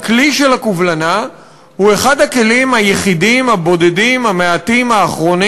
שהכלי של הקובלנה הוא אחד הכלים היחידים הבודדים המעטים האחרונים